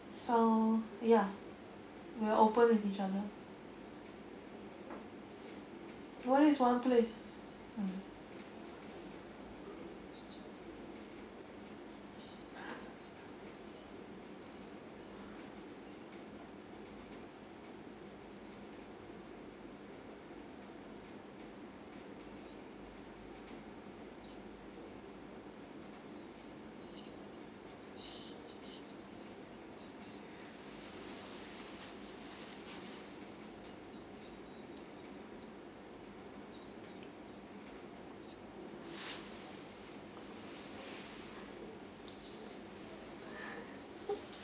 so ya we're open with each other what is one place mm